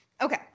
okay